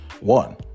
One